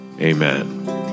Amen